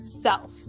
self